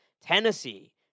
Tennessee